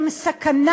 הם סכנה.